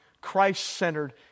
Christ-centered